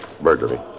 Burglary